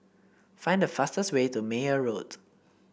find the fastest way to Meyer Road